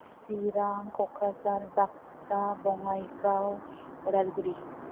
Chirang Kokrajhar Baksa Bongaigaon Udalguri